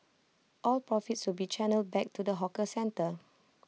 all profits will be channelled back to the hawker centre